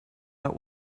der